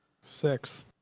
Six